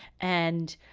and,